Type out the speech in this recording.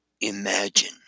imagine